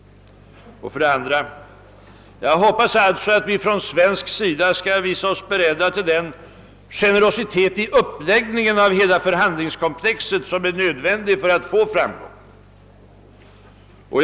För det andra hoppas jag att vi från svensk sida skall visa oss beredda till den generositet i uppläggningen av hela förhandlingskomplexet, som är nödvändig för att nå framgång.